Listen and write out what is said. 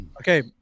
Okay